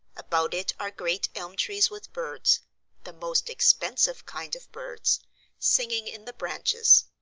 about it are great elm trees with birds the most expensive kind of birds singing in the branches.